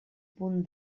punt